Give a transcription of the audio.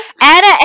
Anna